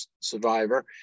survivor